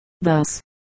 Thus